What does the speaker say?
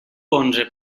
onze